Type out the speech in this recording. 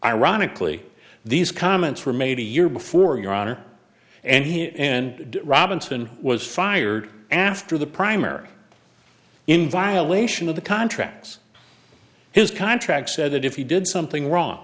ironically these comments were made a year before your honor and he and robinson was fired after the primary in violation of the contracts his contract said that if he did something wrong